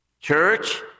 Church